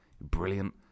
Brilliant